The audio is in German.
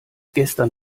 gestern